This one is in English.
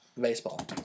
baseball